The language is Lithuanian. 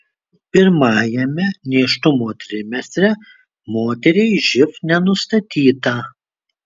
pirmajame nėštumo trimestre moteriai živ nenustatyta